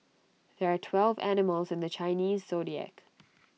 there are twelve animals in the Chinese Zodiac